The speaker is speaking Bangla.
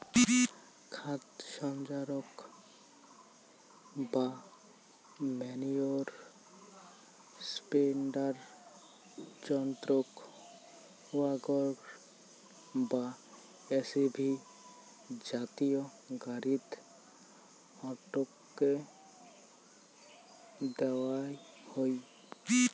খাদ সঞ্চারক বা ম্যনিওর স্প্রেডার যন্ত্রক ওয়াগন বা এ.টি.ভি জাতীয় গাড়িত আটকে দ্যাওয়াং হই